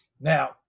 Now